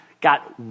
got